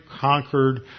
conquered